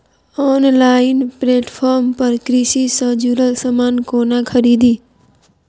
Online platform पर कृषि सँ जुड़ल समान कोना खरीदी?